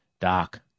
Doc